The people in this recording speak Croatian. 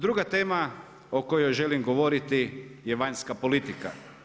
Druga tema o kojoj želim govoriti je vanjska politika.